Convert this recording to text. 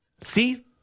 See